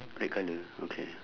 red colour okay